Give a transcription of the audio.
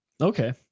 okay